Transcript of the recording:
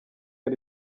ari